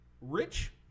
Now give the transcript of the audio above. rich